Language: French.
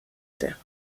terre